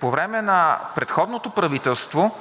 По време на предходното правителство